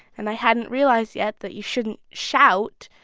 and i hadn't realized yet that you shouldn't shout.